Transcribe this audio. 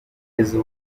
izi